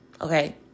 okay